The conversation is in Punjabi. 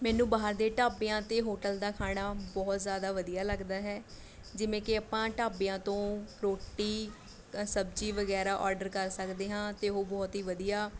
ਮੈਨੂੰ ਬਾਹਰ ਦੇ ਢਾਬਿਆਂ ਅਤੇ ਹੋਟਲ ਦਾ ਖਾਣਾ ਬਹੁਤ ਜ਼ਿਆਦਾ ਵਧੀਆ ਲੱਗਦਾ ਹੈ ਜਿਵੇਂ ਕਿ ਆਪਾਂ ਢਾਬਿਆਂ ਤੋਂ ਰੋਟੀ ਸਬਜ਼ੀ ਵਗੈਰਾ ਆਰਡਰ ਕਰ ਸਕਦੇ ਹਾਂ ਅਤੇ ਉਹ ਬਹੁਤ ਹੀ ਵਧੀਆ